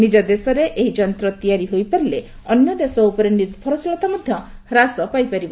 ନିକ ଦେଶରେ ଏହି ଯନ୍ତ୍ର ତିଆରି ହୋଇପାରିଲେ ଅନ୍ୟଦେଶ ଉପରେ ନିର୍ଭରଶୀଳତା ମଧ୍ୟ ହ୍ରାସ ହୋଇପାରିବ